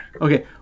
Okay